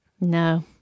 No